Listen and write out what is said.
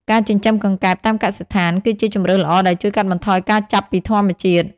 ការចិញ្ចឹមកង្កែបតាមកសិដ្ឋាន គឺជាជម្រើសល្អដែលជួយកាត់បន្ថយការចាប់ពីធម្មជាតិ។